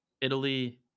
italy